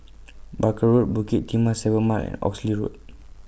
Barker Road Bukit Timah seven Mile and Oxley Road